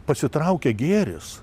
pasitraukia gėris